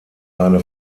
seine